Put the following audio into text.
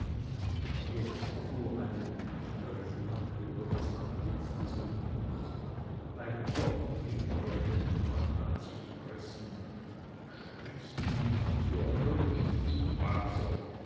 jetzt fuhr eine düstere flamme über das antlitz des bündners bei gott rief er den freund an sich pressend sprichst du nicht so erwürg ich dich waser